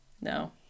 no